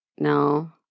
No